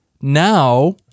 now